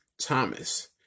Thomas